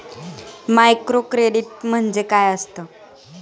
Microcredit म्हणजे काय असतं?